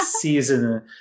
season